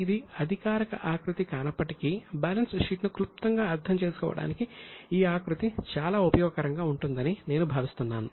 ఇది అధికారిక ఆకృతి కానప్పటికీ బ్యాలెన్స్ షీట్ ను క్లుప్తంగా అర్థం చేసుకోవడానికి ఈ ఆకృతి చాలా ఉపయోగకరంగా ఉంటుందని నేను భావిస్తున్నాను